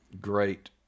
great